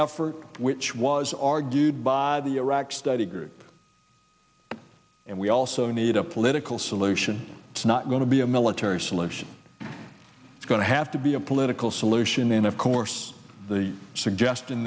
effort which was argued by the iraq study group and we also need a political solution it's not going to be a military solution it's going to have to be a political solution and of course the suggesti